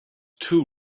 too